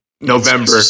november